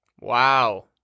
Wow